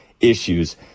Issues